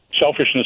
selfishness